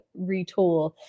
retool